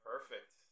Perfect